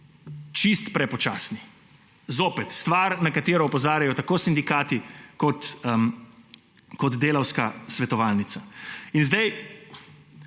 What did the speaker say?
so prepočasni. To je stvar, na katero opozarjajo tako sindikati kot Delavska svetovalnica.